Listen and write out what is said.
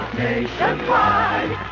Nationwide